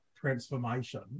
transformation